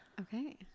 Okay